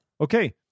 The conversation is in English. Okay